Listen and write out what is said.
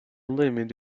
limit